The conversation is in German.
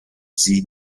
sie